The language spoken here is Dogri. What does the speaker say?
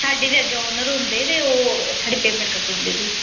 साढ़ी बी अग्गे ओनर होंदे ते ओह् साढ़ी पेमेंट कट्टी ओड़दे फ्ही